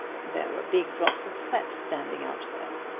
there were big drops of sweat standing out there.